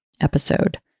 episode